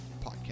podcast